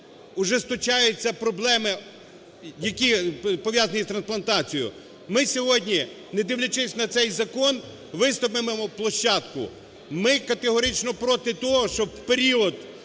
ужесточаються проблеми, які пов'язані з трансплантацією. Ми сьогодні, не дивлячись на цей закон, ……… площадку. Ми категорично проти того, щоб в період